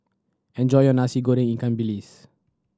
enjoy your Nasi Goreng ikan bilis